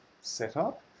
setup